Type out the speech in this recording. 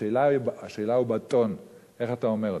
השאלה היא בטון, איך אתה אומר אותם.